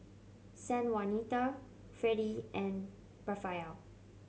Sanjuanita Freddy and Rafael